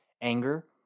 Anger